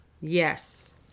Yes